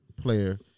player